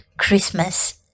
Christmas